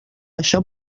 això